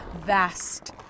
vast